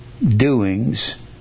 doings